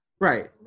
Right